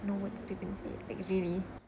no words you can say like really